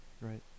Right